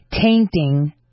tainting